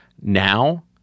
now